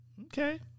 okay